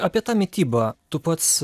apie mitybą tu pats